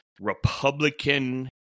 republican